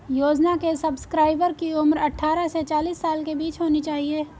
योजना के सब्सक्राइबर की उम्र अट्ठारह से चालीस साल के बीच होनी चाहिए